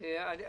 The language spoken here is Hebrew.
בעניין